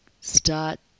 start